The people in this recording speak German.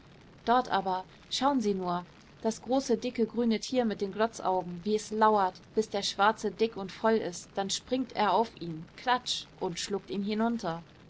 dort aber schauen sie nur das große dicke grüne tier mit den glotzaugen wie es lauert bis der schwarze dick und voll ist dann springt er auf ihn klatsch und schluckt ihn hinunter